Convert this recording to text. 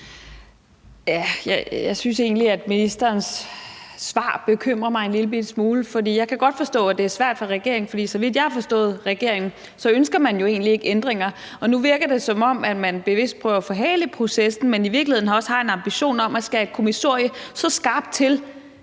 Jeg synes egentlig, at ministerens svar bekymrer mig en lillebitte smule, for jeg kan godt forstå, at det er svært for regeringen. For så vidt jeg har forstået regeringen, ønsker man jo egentlig ikke ændringer, og nu virker det, som om man bevidst prøver at forhale processen, men at man i virkeligheden også har en ambition om at skære et kommissorie så skarpt til,